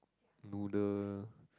noodle